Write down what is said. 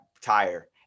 tire